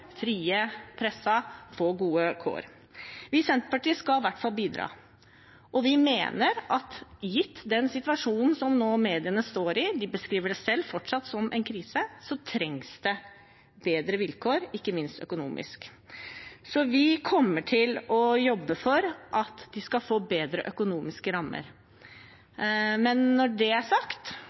frie pressen får gode kår. Vi i Senterpartiet skal i hvert fall bidra. Vi mener at gitt den situasjonen mediene står i nå – de beskriver det selv fortsatt som en krise – trengs det bedre vilkår, ikke minst økonomisk. Så vi kommer til å jobbe for at de skal få bedre økonomiske rammer. Men når det er sagt,